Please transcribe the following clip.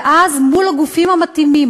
ואז מול הגופים המתאימים,